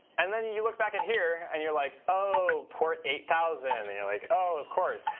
and then you look back at here and you're like, oh, port eight thousand. and you're like, oh, of course.